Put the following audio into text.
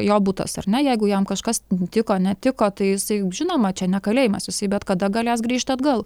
jo butas ar ne jeigu jam kažkas nutiko netiko tai jisai žinoma čia ne kalėjimas jisai bet kada galės grįžti atgal